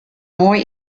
moai